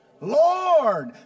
Lord